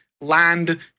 land